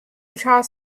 utah